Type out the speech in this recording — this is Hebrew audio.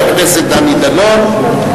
חבר הכנסת דני דנון,